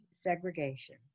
segregation